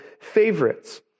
favorites